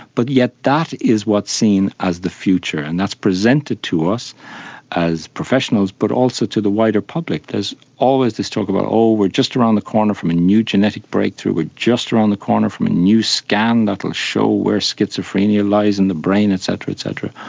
but yet that is what is seen as the future and that's presented to us as professionals but also to the wider public, there's always this talk about, oh, we are just around the corner from a new genetic breakthrough, we are just around the corner from a new scan that will show where schizophrenia lies in the brain et cetera, et cetera.